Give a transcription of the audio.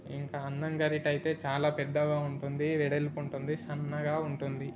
ఇంకా అన్నం గరిటె అయితే చాలా పెద్దగా ఉంటుంది వెడల్పుంటుంది సన్నగా ఉంటుంది